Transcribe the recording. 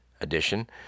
edition